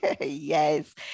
Yes